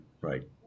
Right